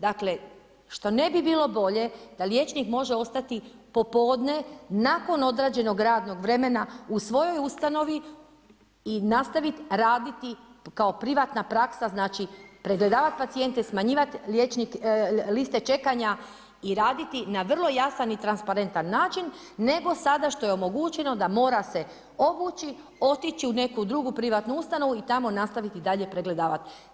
Dakle što ne bi bilo bolje da liječnik može ostati popodne, nakon odrađenog radnog vremena u svojoj ustanovi i nastaviti raditi kao privatna praksa, znači pregledavati pacijente, smanjivati liste čekanja i raditi na vrlo jasan i transparentan način, nego sada što je omogućeno da mora se obući, otići u neku drugu privatnu ustanovu i tamo nastaviti dalje pregledavati.